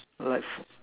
like f~